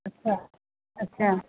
अच्छा अच्छा